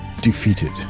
defeated